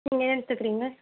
நீங்கள் என்ன எடுத்துக்கிறீங்க